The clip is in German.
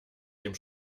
dem